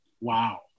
wow